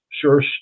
sure